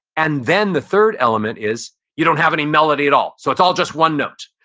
and then the third element is you don't have any melody at all. so it's all just one note.